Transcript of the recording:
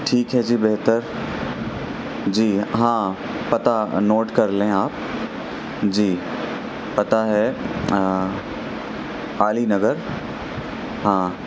ٹھیک ہے جی بہتر جی ہاں پتہ نوٹ کر لیں آپ جی پتہ ہے علی نگر ہاں